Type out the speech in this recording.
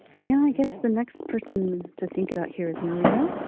yeah i guess the next person to think it out here is maria.